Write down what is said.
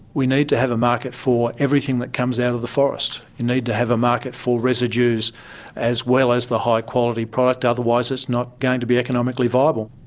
we need to have a market for everything that comes out of the forest. you need to have a market for residues as well as the high-quality product, otherwise it's not going to be economically viable.